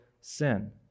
sin